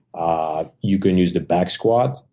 ah you can use the back squat,